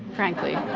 frankly.